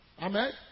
Amen